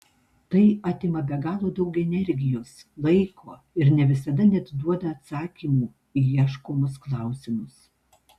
tai atima be galo daug energijos laiko ir ne visada net duoda atsakymų į ieškomus klausimus